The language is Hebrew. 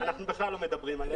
אנחנו בכלל לא מדברים עליהן.